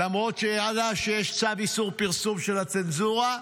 למרות שידע שיש צו איסור פרסום של הצנזורה,